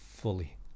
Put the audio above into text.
fully